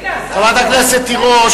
חברת הכנסת רונית תירוש